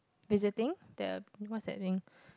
visiting the what's that thing